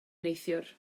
neithiwr